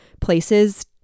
places